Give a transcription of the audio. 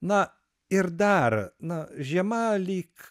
na ir dar na žiema lyg